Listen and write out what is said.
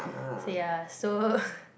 ya so